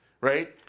right